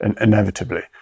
inevitably